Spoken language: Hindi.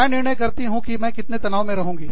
मैं निर्णय करती हूँ कि मैं कितने तनाव में रहूँगी